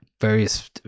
various